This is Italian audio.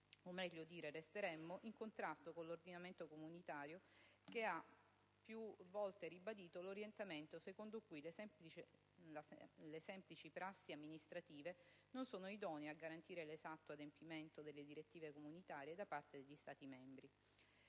o meglio dire resteremmo, in contrasto con l'ordinamento comunitario che ha più volte ribadito l'orientamento secondo cui le semplici prassi amministrative non sono idonee a garantire l'esatto adempimento delle direttive comunitarie da parte degli Stati membri.